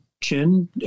Chin